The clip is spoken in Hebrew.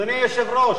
אדוני היושב-ראש?